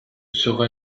serai